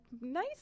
nice